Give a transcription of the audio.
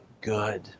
good